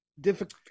difficult